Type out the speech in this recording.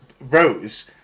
Rose